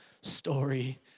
story